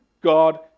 God